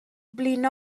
blino